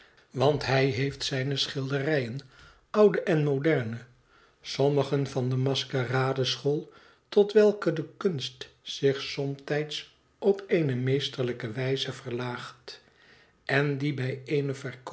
want hij heeft zijne schilderijen oude en moderne sommigen van de maskerade school tot welke de kunst zich somtijds op eene meesterlijke wijze verlaagt en die bij